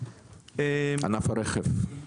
ענף הרכב?